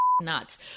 nuts